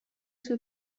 sue